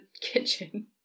kitchen